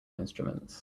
instruments